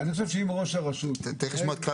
אני חושב שאם ראש הרשות יתנהג כך,